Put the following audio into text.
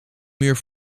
muur